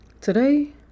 today